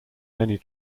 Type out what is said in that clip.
many